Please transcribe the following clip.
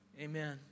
Amen